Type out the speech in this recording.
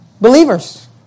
believers